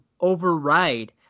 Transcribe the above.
override